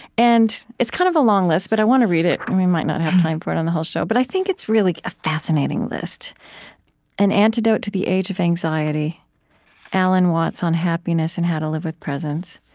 and it's kind of a long list, but i want to read it. and we might not have time for it on the whole show. but i think it's really a fascinating list an antidote to the age of anxiety alan watts on happiness and how to live with presence,